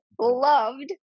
loved